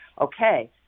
okay